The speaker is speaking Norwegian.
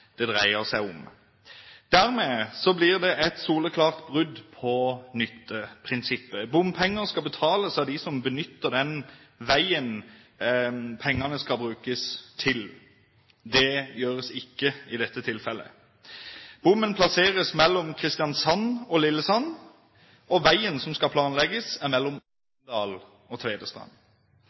det dreier seg om. Dermed blir det et soleklart brudd på nytteprinsippet. Bompenger skal betales av dem som benytter den veien pengene skal brukes til. Det gjøres ikke i dette tilfellet. Bommen plasseres mellom Kristiansand og Lillesand, og veien som skal planlegges, er mellom Arendal og Tvedestrand.